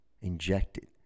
injected